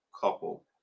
couple